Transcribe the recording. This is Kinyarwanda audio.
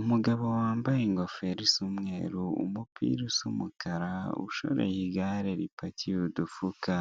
Umugabo wambaye ingofero isa umweru, umupira usa umukara ushoreye igare ripakiye udufuka